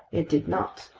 it did not.